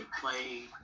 play